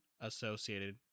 associated